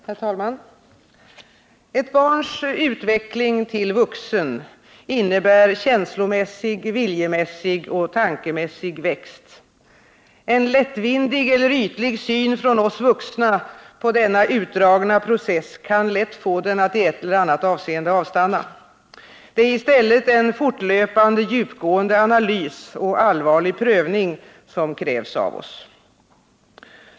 Herr talman! Ett barns utveckling till vuxen innebär känslomässig, viljemässig och tankemässig växt. En lättvindig eller ytlig syn från oss vuxna på denna utdragna process kan lätt få den att i ett eller annat avseende avstanna. Det är i stället en fortlöpande djupgående analys och allvarlig prövning som krävs av oss.